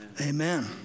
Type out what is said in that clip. Amen